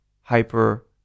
hyper